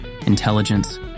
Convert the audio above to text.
intelligence